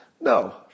no